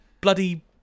bloody